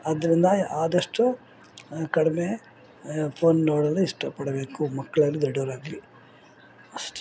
ಅದರಿಂದ ಆದಷ್ಟು ಕಡಿಮೆ ಫೋನ್ ನೋಡಲು ಇಷ್ಟಪಡಬೇಕು ಮಕ್ಕಳಾಗ್ಲೀ ದೊಡ್ಡೋರಾಗ್ಲೀ ಅಷ್ಟು